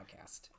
podcast